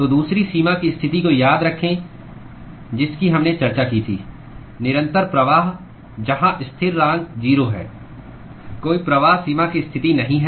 तो दूसरी सीमा की स्थिति को याद रखें जिसकी हमने चर्चा की थी निरंतर प्रवाह जहां स्थिरांक 0 है कोई प्रवाह सीमा की स्थिति नहीं है